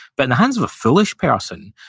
but in the hands of a foolish person,